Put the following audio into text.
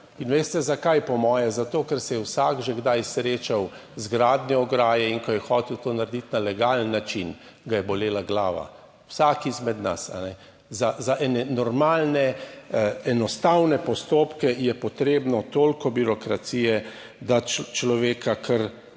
In veste zakaj? Po moje zato, ker se je vsak že kdaj srečal z gradnjo ograje, in ko je hotel to narediti na legalen način, ga je bolela glava, vsak izmed nas. Za ene normalne, enostavne postopke je potrebno toliko birokracije, da človeka kar zgrozi.